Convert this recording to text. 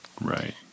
Right